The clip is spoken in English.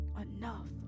enough